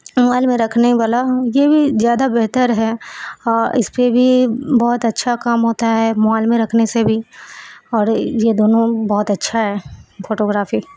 mobile میں رکھنے والا یہ بھی زیادہ بہتر ہے ہاں اس پہ بھی بہت اچھا کام ہوتا ہے موائل میں رکھنے سے بھی اور یہ دونوں بہت اچھا ہے پھوٹوگرافی